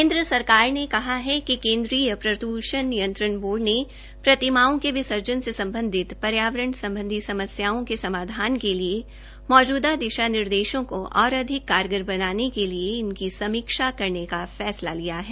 केन्द्र सरकार ने कहा है कि केन्द्रीय प्रद्रषण नियंत्रण बोर्ड ने प्रतिभागियों के विसर्जन से सम्बधित पर्यावरण सम्बधी समस्याओ के समधान करने के लिए मौजूदा दिशा निर्देशों और अधिक कारगर बनाने के िलए इनकी समीक्षा करने का फैसा किया है